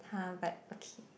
[huh] but okay